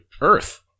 Earth